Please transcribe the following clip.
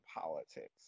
politics